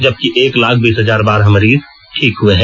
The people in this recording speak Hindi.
जबकि एक लाख बीस हजार बारह मरीज ठीक हए हैं